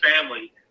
family